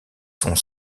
sont